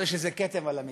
הרי זה כתם על המדינה.